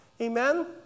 Amen